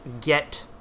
get